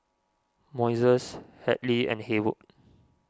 Moises Hadley and Haywood